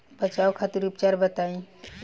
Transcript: बचाव खातिर उपचार बताई?